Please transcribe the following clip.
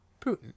Putin